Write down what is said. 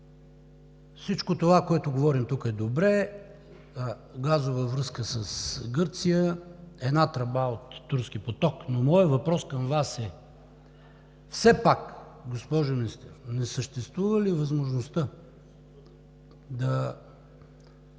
Всичко, което говорим тук, е добре – газова връзка с Гърция, една тръба от „Турски поток“, но моят въпрос към Вас е: все пак, госпожо Министър, не съществува ли възможността да